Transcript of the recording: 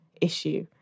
issue